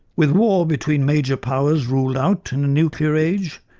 with war between major powers ruled out in a nuclear age,